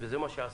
זה מה שעשינו.